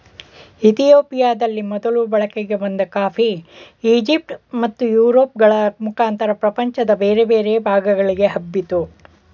ಇತಿಯೋಪಿಯದಲ್ಲಿ ಮೊದಲು ಬಳಕೆಗೆ ಬಂದ ಕಾಫಿ ಈಜಿಪ್ಟ್ ಮತ್ತು ಯುರೋಪ್ ಗಳ ಮುಖಾಂತರ ಪ್ರಪಂಚದ ಬೇರೆ ಬೇರೆ ಭಾಗಗಳಿಗೆ ಹಬ್ಬಿತು